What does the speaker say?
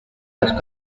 las